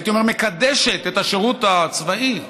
הייתי אומר, מקדשת את השירות הצבאי,